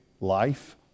life